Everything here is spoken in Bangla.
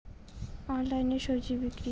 অনলাইনে স্বজি বিক্রি?